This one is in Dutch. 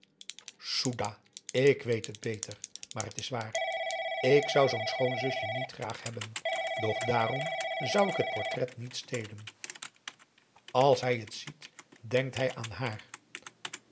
soedah ik weet het beter maar het is waar ik zou zoo'n schoonzusje niet graag hebben doch daarom zou ik het portret niet stelen als hij het ziet denkt hij aan haar